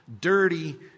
dirty